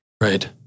Right